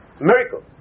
miracle